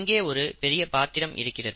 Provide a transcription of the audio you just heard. இங்கே ஒரு பெரிய பாத்திரம் இருக்கிறது